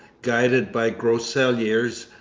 guided by groseilliers,